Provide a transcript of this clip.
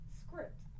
script